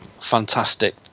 fantastic